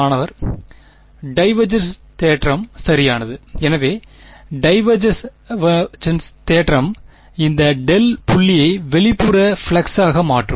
மாணவர் டைவெர்ஜென்ஸ் தேற்றம் சரியானது எனவே டைவெர்ஜென்ஸ் தேற்றம் இந்த டெல் புள்ளியை வெளிப்புற ஃப்ளக்ஸ் ஆக மாற்றும்